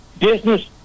business